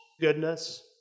goodness